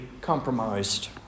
compromised